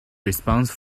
response